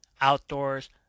Outdoors